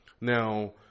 Now